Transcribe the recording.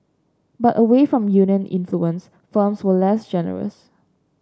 but away from union influence firms were less generous